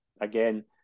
again